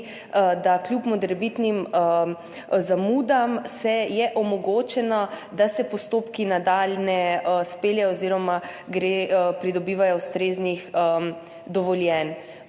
je kljub morebitnim zamudam omogočeno, da se postopki nadalje izpeljejo oziroma pridobivanje ustreznih dovoljenj.